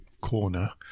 Corner